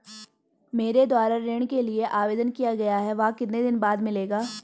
मेरे द्वारा ऋण के लिए आवेदन किया गया है वह कितने दिन बाद मिलेगा?